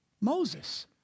Moses